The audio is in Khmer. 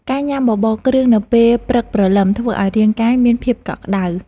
ការញ៉ាំបបរគ្រឿងនៅពេលព្រឹកព្រលឹម ធ្វើឱ្យរាងកាយមានភាពកក់ក្តៅ។